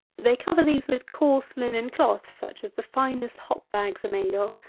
they cover these with coarse linen cloth such as the finest hop-bags are made of,